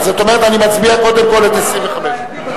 ו-(3)